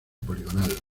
poligonal